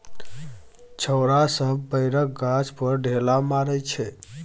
छौरा सब बैरक गाछ पर ढेला मारइ छै